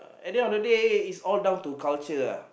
at the end of the day it's all down to culture uh